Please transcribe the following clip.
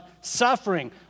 suffering